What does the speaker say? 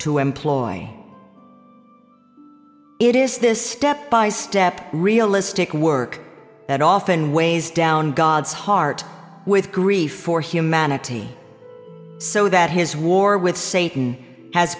to employ it is this step by step realistic work that often weighs down god's heart with grief for humanity so that his war with satan has